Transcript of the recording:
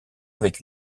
avec